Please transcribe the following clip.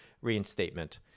reinstatement